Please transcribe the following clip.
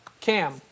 Cam